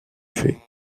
fée